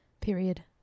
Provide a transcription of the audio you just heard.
Period